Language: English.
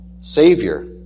savior